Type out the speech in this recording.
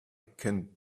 can